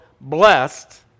blessed